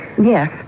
Yes